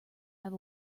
have